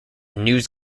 news